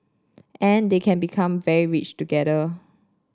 and they can become very rich together